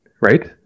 right